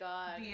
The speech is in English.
God